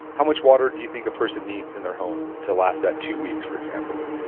how much water do you think a person needs in their home to last that two weeks for example?